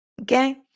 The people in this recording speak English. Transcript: Okay